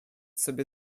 sobie